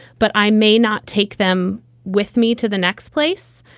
but i may not take them with me to the next place,